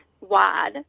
wide